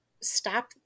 stop